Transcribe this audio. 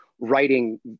writing